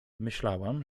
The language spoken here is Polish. myślałam